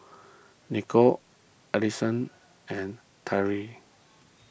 Nicole Alisson and Tyree